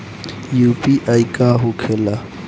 UPI का होखेला?